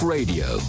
Radio